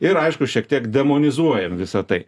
ir aišku šiek tiek demonizuojam visą tai